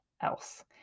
else